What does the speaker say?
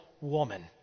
woman